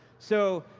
so,